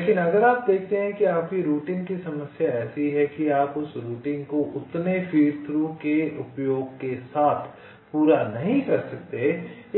लेकिन अगर आप देखते हैं कि आपकी रूटिंग की समस्या ऐसी है कि आप उस रूटिंग को उतने फीड थ्रू के उपयोग के साथ पूरा नहीं कर सकते